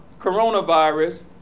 coronavirus